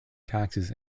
taxes